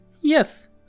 yes